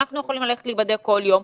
אנחנו יכולים להיבדק כל יום.